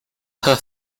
her